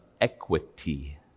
equity